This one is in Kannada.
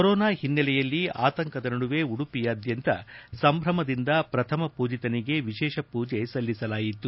ಕೊರೋನಾ ಹಿನ್ನೆಲೆಯಲ್ಲಿ ಆತಂಕದ ನಡುವೆ ಉಡುಪಿಯಾದ್ಯಂತ ಸಂಭ್ರಮದಿಂದ ಪ್ರಥಮ ಪೂಜಿತನಿಗೆ ವಿಶೇಷ ಪೂಜೆ ಸಲ್ಲಿಸಲಾಯಿತು